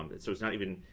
um but so it's not even